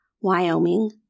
Wyoming